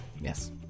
yes